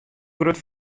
grut